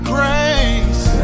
Grace